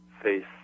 face